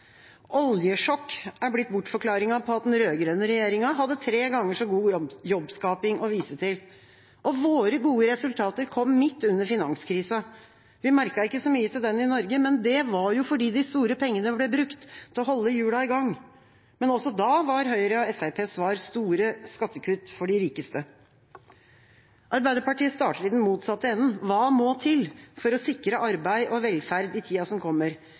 «Oljesjokk» er blitt bortforklaringen på at den rød-grønne regjeringa hadde tre ganger så god jobbskaping å vise til. Og våre gode resultater kom midt under finanskrisa. Vi merket ikke så mye til den i Norge, men det var jo fordi de store pengene ble brukt til å holde hjulene i gang. Men også da var Høyre og Fremskrittspartiets svar store skattekutt for de rikeste. Arbeiderpartiet starter i den motsatte enden: Hva må til for å sikre arbeid og velferd i tida som kommer?